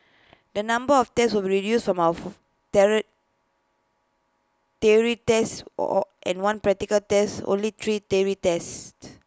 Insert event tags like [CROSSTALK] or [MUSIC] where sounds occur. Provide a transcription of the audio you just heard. the number of tests will be reduced from of [UNINTELLIGIBLE] theory tests or or and one practical test only three theory tests